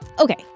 Okay